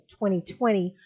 2020